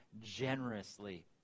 generously